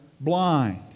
blind